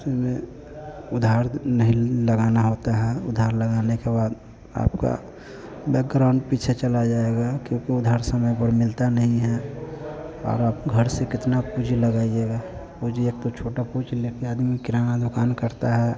उसमें उधार नहीं लगाना होता है उधार लगाने के बाद आपका बैकग्राउंड पीछे चला जाएगा क्योंकि उधार समय पर मिलता नहीं है और आप घर से कितना पूजी लगाइएगा पूँजी एक तो छोटा पूजी लेकर आदमी किराना दुकान करता है